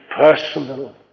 personal